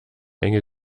enge